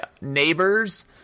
neighbors